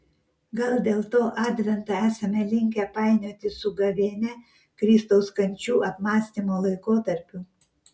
gal dėl to adventą esame linkę painioti su gavėnia kristaus kančių apmąstymo laikotarpiu